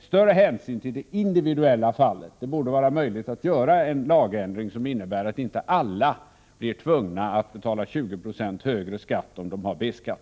större hänsyn till de individuella fallen. Det borde vara möjligt att göra en lagändring som innebar att inte alla var tvungna att betala 20 26 högre skatt, om de har B-skatt.